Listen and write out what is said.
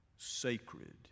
sacred